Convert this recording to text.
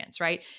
right